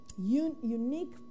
Unique